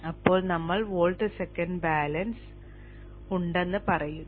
അപ്പോൾ നമ്മൾ volt second balance ഉണ്ടെന്ന് പറയുന്നു